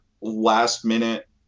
last-minute